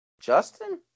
Justin